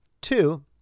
Two